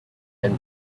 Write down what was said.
and